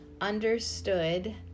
understood